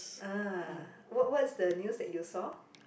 !ah! what what's the news that you saw